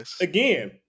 again